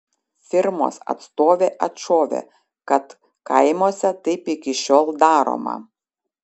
firmos atstovė atšovė kad kaimuose taip iki šiol daroma